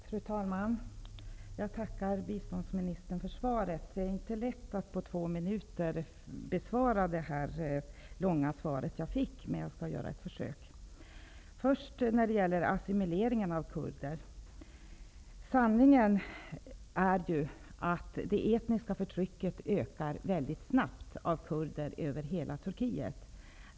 Fru talman! Jag tackar biståndsministern för svaret. Det är inte lätt att på två minuter bemöta det långa svar som jag fick, men jag skall göra ett försök. När det gäller assimileringen av kurder är sanningen ju den att det etniska förtrycket av kurder ökar mycket snabbt över hela Turkiet.